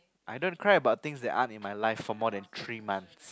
I don't cry about things that aren't in my life for more than three months